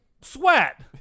sweat